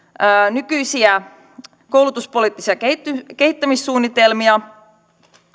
nykyisiä koulutuspoliittisia kehittämissuunnitelmia